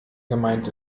gemeint